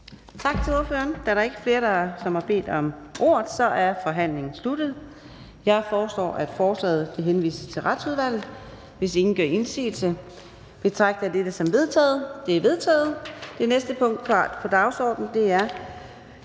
Tak til ordføreren. Da der ikke er flere, der har bedt om ordet, er forhandlingen sluttet. Jeg foreslår, at forslaget til folketingsbeslutning henvises til Retsudvalget. Hvis ingen gør indsigelse, betragter jeg dette som vedtaget. Det er vedtaget. --- Det sidste punkt på dagsordenen er: